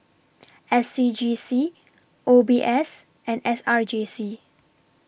S C G C O B S and S R J C